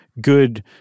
good